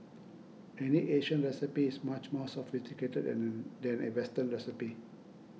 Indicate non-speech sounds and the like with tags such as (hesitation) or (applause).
any Asian recipe is much more sophisticated (hesitation) than a Western recipe